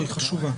היא חשובה.